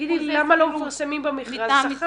תגידי לי למה לא מפורסמים במכרז שכר.